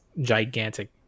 gigantic